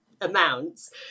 amounts